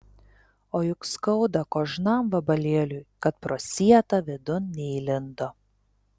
o juk skauda kožnam vabalėliui kad pro sietą vidun neįlindo